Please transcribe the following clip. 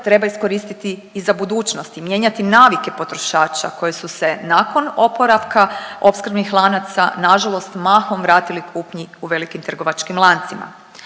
treba iskoristiti i za budućnost i mijenjati navike potrošača koje su se nakon oporavka opskrbnih lanaca nažalost mahom vratili kupnji u velikim trgovačkim lancima.